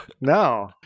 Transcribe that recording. No